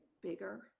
bigger